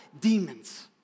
demons